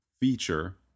feature